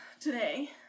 today